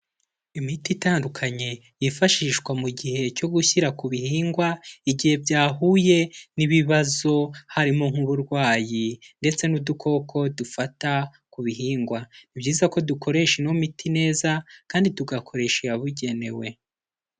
Imiti itandukanye yifashishwa mu gihe cyo gushyira ku bihingwa igihe byahuye n'ibibazo harimo nk'uburwayi ndetse n'udukoko dufata ku bihingwa, ni byiza ko dukoresha ino miti neza kandi tugakoresha iyabugenewe.